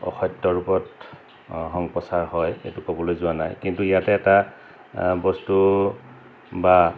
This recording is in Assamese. অসত্য ৰূপত সম্প্ৰচাৰ হয় এইটো ক'বলৈ যোৱা নাই কিন্তু ইয়াতে এটা বস্তু বা